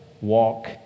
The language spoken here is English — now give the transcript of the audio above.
walk